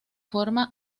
forma